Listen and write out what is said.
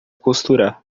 costurar